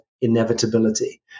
inevitability